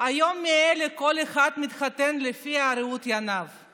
"היום ממילא כל אחד מתחתן לפי ראות עיניו";